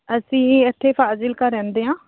ਅਸੀਂ ਇੱਥੇ ਫਾਜ਼ਿਲਕਾ ਰਹਿੰਦੇ ਹਾਂ